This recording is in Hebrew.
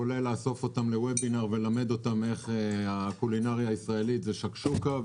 כולל לאסוף אותם לוובינר וללמד אותם איך הקולינריה הישראלית זה שקשוקה.